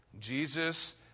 Jesus